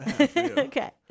Okay